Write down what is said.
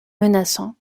menaçant